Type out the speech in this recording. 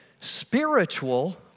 spiritual